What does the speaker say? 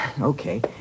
Okay